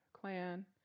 clan